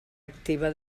activa